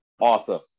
Awesome